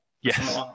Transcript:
Yes